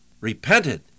repented